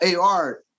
AR